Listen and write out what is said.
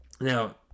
Now